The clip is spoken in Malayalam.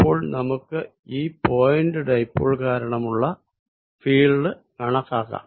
അപ്പോൾ നമുക്ക് ഈ പോയിന്റ് ഡൈപോൾ കാരണമുള്ള ഫീൽഡ് കണക്കാക്കാം